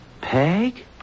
Peg